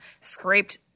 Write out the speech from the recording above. scraped